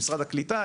משרד הקליטה,